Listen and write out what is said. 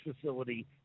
facility